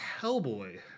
Hellboy